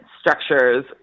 structures